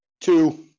Two